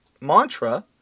mantra